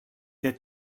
der